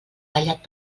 tallat